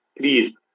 Please